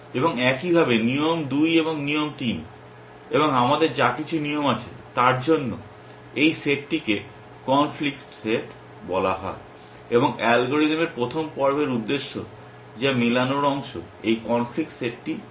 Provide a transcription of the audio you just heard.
এবং একইভাবে নিয়ম 2 এবং নিয়ম 3 এবং আমাদের যা কিছু নিয়ম আছে তার জন্য এই সেটটিকে কনফ্লিক্ট সেট বলা হয় এবং অ্যালগরিদমের প্রথম পর্বের উদ্দেশ্য যা মেলানোর অংশ এই কনফ্লিক্ট সেটটি গণনা করা